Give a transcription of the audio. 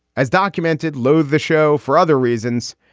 as documented, loathe the show for other reasons.